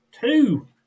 two